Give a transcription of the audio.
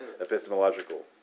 epistemological